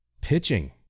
Pitching